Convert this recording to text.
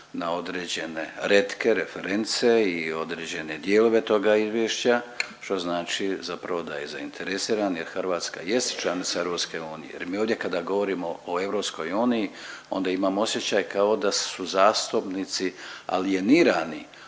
na određene retke, reference i određene dijelove toga izvješća što znači zapravo da je zainteresiran jer Hrvatska jest članica EU. Jer mi ovdje kada govorimo o EU onda imam osjećaj kao da su zastupnici alijenirani